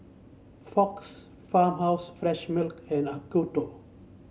Fox Farmhouse Fresh Milk and Acuto